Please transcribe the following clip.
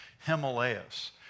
Himalayas